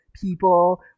people